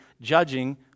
judging